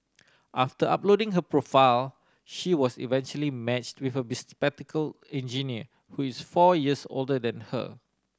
after uploading her profile she was eventually matched with a bespectacle engineer who is four years older than her